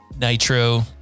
Nitro